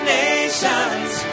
nations